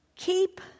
keep